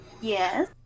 Yes